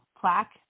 plaque